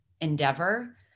endeavor